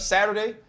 Saturday